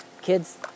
Kids